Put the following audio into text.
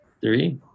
Three